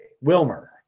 Wilmer